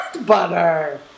butter